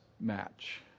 match